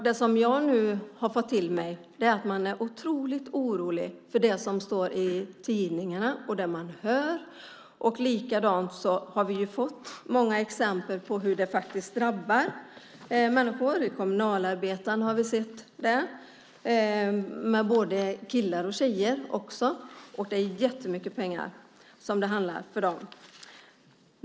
Det som jag nu har fått veta är att man är otroligt orolig för det som står i tidningarna och det man hör. Vi har ju fått många exempel på hur det faktiskt drabbar människor. I Kommunalarbetaren har vi sett det. Det gäller både killar och tjejer, och det handlar om jättemycket pengar för dem.